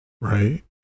right